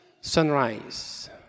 sunrise